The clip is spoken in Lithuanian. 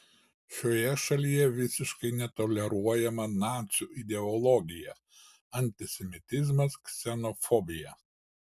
šioje šalyje visiškai netoleruojama nacių ideologija antisemitizmas ksenofobija